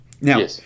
Now